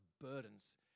burdens